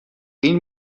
این